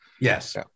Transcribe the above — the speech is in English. yes